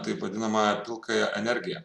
taip vadinamąją pilkąją energiją